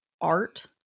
art